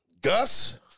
Gus